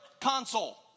console